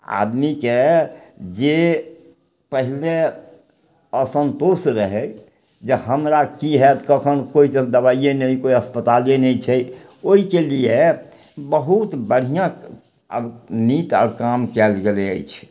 आदमीके जे पहले असन्तोष रहय जे हमरा की हैत कखन कोइ दबाइए नहि कोइ अस्पताले नहि छै ओइके लिए बहुत बढ़िआँ आब नीक अर काम गेल अछि